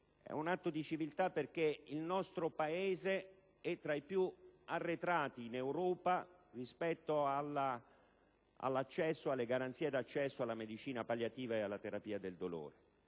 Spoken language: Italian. È un atto di civiltà perché il nostro Paese è tra i più arretrati in Europa rispetto alle garanzie di accesso alla medicina palliativa e alla terapia del dolore.